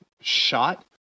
shot